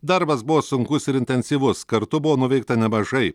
darbas buvo sunkus ir intensyvus kartu buvo nuveikta nemažai